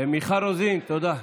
מיכל רוזין, תודה.